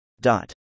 Dot